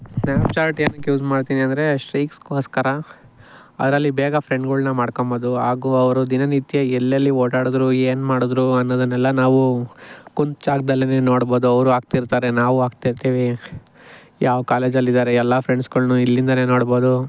Snapchat ಏನಕ್ಕೆ use ಮಾಡ್ತೀನಿ ಅಂದರೆ ಸ್ಟ್ರೈಕ್ಸ್ಗೋಸ್ಕರ ಅದರಲ್ಲಿ ಬೇಗ ಫ್ರೆಂಡ್ಗಳ್ನ ಮಾಡ್ಕಬೊದು ಹಾಗು ಅವರು ದಿನನಿತ್ಯ ಎಲ್ಲೆಲ್ಲಿ ಓಡಾಡಿದ್ರು ಏನ್ಮಾಡಿದ್ರು ಅನ್ನೋದನ್ನೆಲ್ಲ ನಾವು ಕುಂತ ಜಾಗದಲ್ಲೆ ನೋಡ್ಬೊದು ಅವರು ಹಾಕ್ತಿರ್ತಾರೆ ನಾವು ಹಾಕ್ತಿರ್ತಿವಿ ಯಾವ ಕಾಲೇಜಲ್ಲಿದ್ದಾರೆ ಎಲ್ಲ ಫ್ರೆಂಡ್ಸ್ಗಳನ್ನು ಇಲ್ಲಿಂದ ನೋಡ್ಬೊದು